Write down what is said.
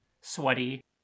sweaty